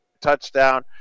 touchdown